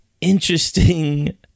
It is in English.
Interesting